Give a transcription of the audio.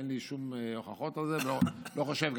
אין לי שום הוכחות לזה ואני לא חושב,